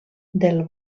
del